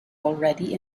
already